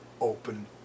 open